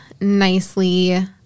nicely